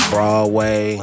Broadway